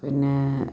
പിന്നേ